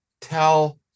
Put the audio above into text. tell